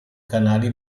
canali